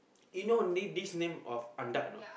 you know only this name of Andak or not